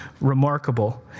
remarkable